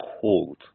cold